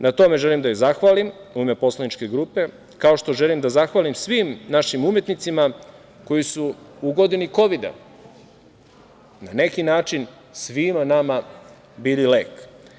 Na tome želim da joj zahvalim u ime poslaničke grupe, kao što želim da zahvalim svim našim umetnicima koji su u godini Kovida na neki način svima nama bili lek.